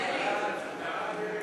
סעיף 1,